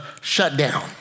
shutdown